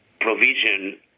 provision